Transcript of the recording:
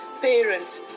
parents